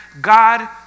God